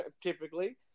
Typically